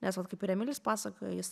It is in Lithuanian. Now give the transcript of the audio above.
nes vat kaip ir emilis pasakojo jis